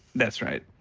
that's right.